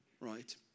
right